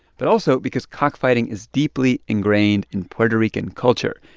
but also because cockfighting is deeply ingrained in puerto rican culture.